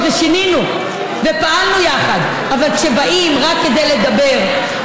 שנים ייקנס העבריין בכפל הסכום, 3,000 שקלים.